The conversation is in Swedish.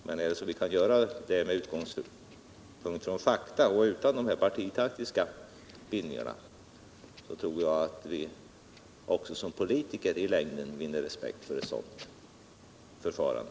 Kan vi göra det med utgångspunkt i fakta och utan partitaktiska bindningar, tror jag att vi också såsom politiker i längden vinner respekt för ett sådant förfarande.